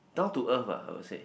down to earth ah I would say